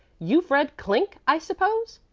you've read clink, i suppose?